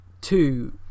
two